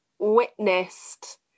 witnessed